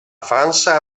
frança